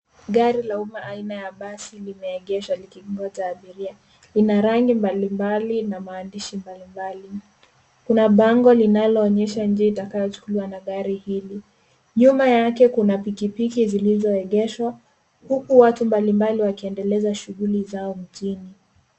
Gari la umma aina ya basi lime egeshwa liki ngoja abiria. Lina rangi mbalimbali na maandishi mbalimbali. Kuna bango linaloonyesha njia itakayo chukuliwa na gari hili. Nyuma yake kuna pikipiki zilzo egeshwa huku watu mbalimbali wakiendeleza shughuli zao mjini.